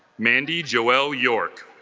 mandi joelle york